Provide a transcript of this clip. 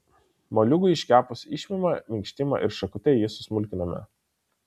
moliūgui iškepus išimame minkštimą ir šakute jį susmulkiname